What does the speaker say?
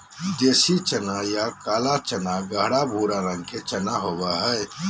देसी चना या काला चना गहरा भूरा रंग के चना होबो हइ